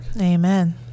Amen